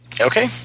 Okay